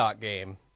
game